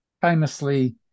famously